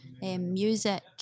music